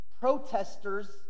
protesters